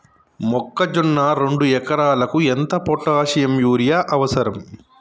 మొక్కజొన్న రెండు ఎకరాలకు ఎంత పొటాషియం యూరియా అవసరం?